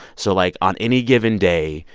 so, like, on any given day,